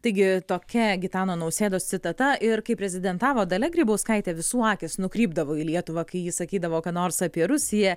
taigi tokia gitano nausėdos citata ir kai prezidentavo dalia grybauskaitė visų akys nukrypdavo į lietuvą kai ji sakydavo ką nors apie rusiją